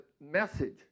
message